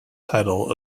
title